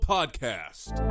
Podcast